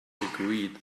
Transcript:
agreed